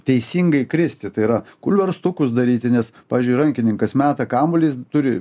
teisingai kristi tai yra kulverpstukus daryti nes pavyzdžiui rankininkas meta kamuolį jis turi